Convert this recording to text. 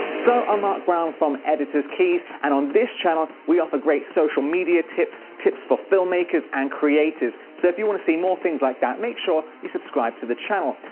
so i'm mark brown from editorskeys and on this channel, we offer great social media tips tips for filmmakers and creators so if you want to see more things like that make sure you subscribe to the channel.